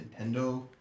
Nintendo